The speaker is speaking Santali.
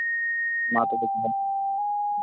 ᱢᱟ ᱛᱚᱵᱮ ᱡᱚᱦᱟᱨ